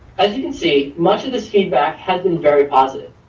as you can see, much of this feedback has been very positive.